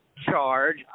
charge